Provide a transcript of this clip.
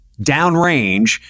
downrange